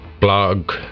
blog